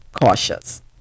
cautious